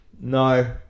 No